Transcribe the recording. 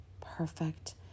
perfect